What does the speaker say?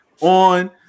on